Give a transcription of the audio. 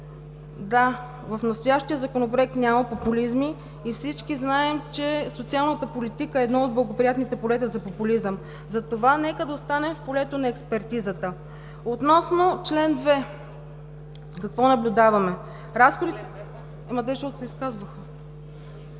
Да, в настоящия Законопроект няма популизми и всички знаем, че социалната политика е едно от благоприятните полета за популизъм. Затова нека да останем в полето на експертизата. Относно чл. 2 какво наблюдаваме? (Шум и реплики.) Защото те се изказваха.